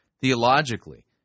theologically